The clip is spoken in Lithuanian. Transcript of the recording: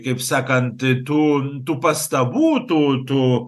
kaip sakant tų tų pastabų tų tų